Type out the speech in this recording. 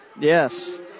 Yes